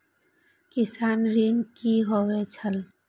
किसान ऋण की होय छल?